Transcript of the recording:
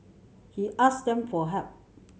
he asked them for help